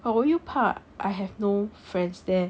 but 我又怕 I have no friends there